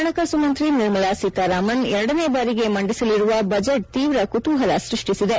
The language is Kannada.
ಪಣಕಾಸು ಮಂತ್ರಿ ನಿರ್ಮಲಾ ಸೀತಾರಾಮನ್ ಎರಡನೇ ಬಾರಿಗೆ ಮಂಡಿಸಲಿರುವ ಬಜೆಟ್ ತೀವ್ರ ಕುತೂಹಲ ಸೃಷ್ಷಿಸಿದೆ